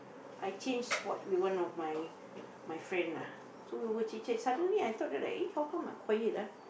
I change spot with one of my my friend ah so we were change and then suddenly I thought like eh how come like quiet ah